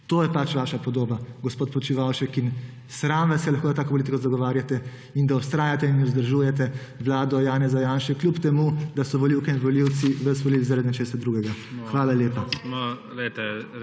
To je pač vaša pogodba, gospod Počivalšek. Sram vas je lahko, da tako politiko zagovarjate in da vztrajate in vzdržujete vlado Janeza Janše kljub temu, da so volivke in volivci vas volili zaradi nečesa drugega. Hvala lepa.